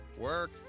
work